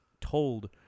told